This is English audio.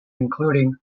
including